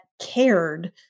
cared